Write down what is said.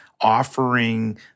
offering